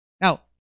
Now